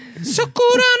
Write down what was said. Sakura